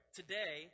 today